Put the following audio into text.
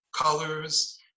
colors